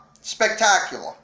spectacular